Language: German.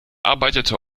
arbeitete